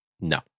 No